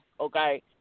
okay